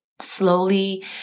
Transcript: slowly